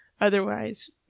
otherwise